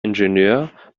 ingenieur